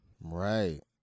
Right